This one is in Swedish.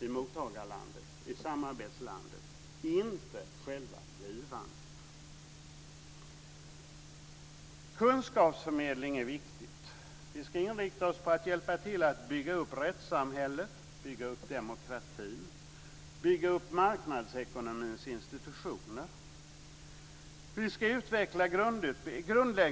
i mottagarlandet, i samarbetslandet, inte själva givandet. Kunskapsförmedling är viktigt.